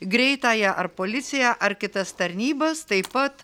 greitąją ar policiją ar kitas tarnybas taip pat